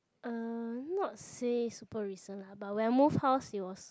uh not say super recent lah but when I move house it was